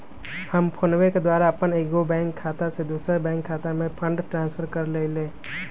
हम फोनपे के द्वारा अप्पन एगो बैंक खता से दोसर बैंक खता में फंड ट्रांसफर क लेइले